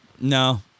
no